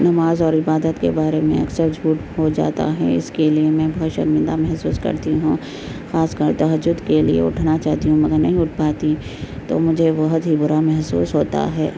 نماز اور عبادت کے بارے میں اکثر جھوٹ ہو جاتا ہے اس کے لیے میں بہت شرمندہ محسوس کرتی ہوں خاص کر تہجد کے لیے اٹھنا چاہتی ہوں مگر نہیں اٹھ پاتی تو مجھے بہت ہی برا محسوس ہوتا ہے